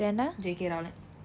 J K rowling